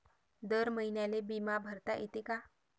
दर महिन्याले बिमा भरता येते का?